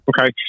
Okay